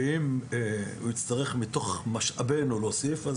אם נצטרך מתוך משאבנו להוסיף,